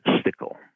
Stickle